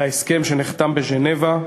להסכם שנחתם בז'נבה.